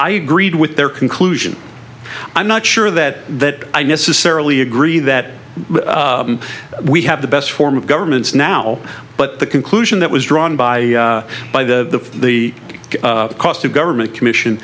i agreed with their conclusion i'm not sure that that i necessarily agree that we have the best form of government's now but the conclusion that was drawn by by the the cost of government commission